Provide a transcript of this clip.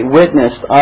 witnessed